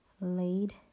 laid